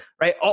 right